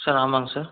sir ஆமாங்க sir